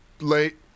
late